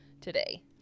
today